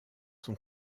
son